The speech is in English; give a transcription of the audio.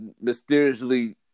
mysteriously